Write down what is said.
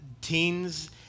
teens